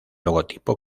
logotipo